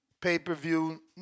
pay-per-view